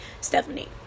Stephanie